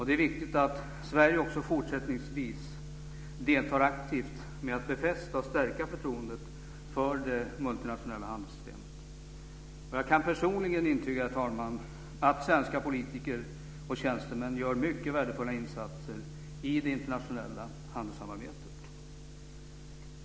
Det är viktigt att Sverige också fortsättningsvis deltar aktivt med att befästa och stärka förtroendet för det multinationella handelssystemet. Jag kan personligen intyga, herr talman, att svenska politiker och tjänstemän gör mycket värdefulla insatser i det internationella handelssamarbetet.